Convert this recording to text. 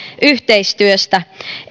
yhteistyöstä